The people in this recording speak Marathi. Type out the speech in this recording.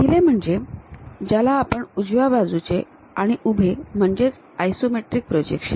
पहिले म्हणजे ज्याला आपण उजव्या बाजूचे आणि उभे म्हणजेच आयसोमेट्रिक प्रोजेक्शन